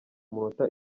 munota